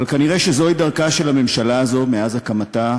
אבל כנראה זוהי דרכה של הממשלה הזו מאז הקמתה,